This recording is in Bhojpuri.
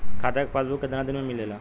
खाता के पासबुक कितना दिन में मिलेला?